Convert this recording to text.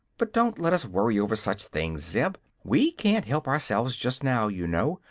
but don't let us worry over such things, zeb we can't help ourselves just now, you know,